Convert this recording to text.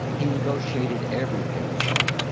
he negotiated everything for me,